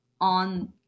on